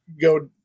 go